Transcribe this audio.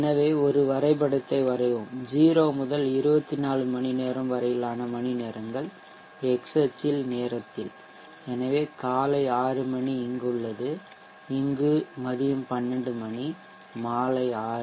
எனவே ஒரு வரைபடத்தை வரைவோம் 0 முதல் 24 மணிநேரம் வரையிலான மணிநேரங்கள் x அச்சில் நேரத்தில் எனவே காலை 6 மணி உள்ளது இங்கு மதியம் 12 மணிமாலை 6